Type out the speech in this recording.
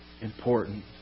important